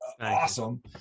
awesome